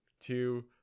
two